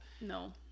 no